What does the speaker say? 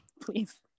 please